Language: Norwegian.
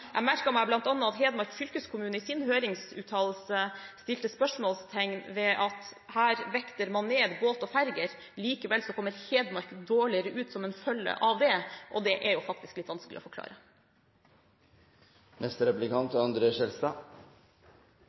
Jeg merket meg bl.a. at Hedmark fylkeskommune i sin høringsuttalelse satte spørsmålstegn ved at her vekter man ned båt og ferjer, og likevel kommer Hedmark dårligere ut som en følge av det. Det er jo faktisk litt vanskelig å forklare. Det er